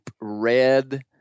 red